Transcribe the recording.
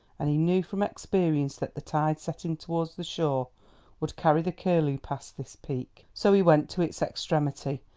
and he knew from experience that the tide setting towards the shore would carry the curlew past this peak. so he went to its extremity,